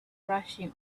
rushing